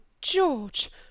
George